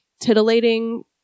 Titillating